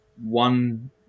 one